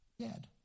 dead